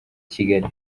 kigali